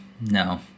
no